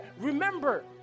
Remember